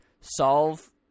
solve